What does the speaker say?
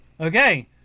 okay